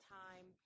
time